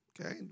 Okay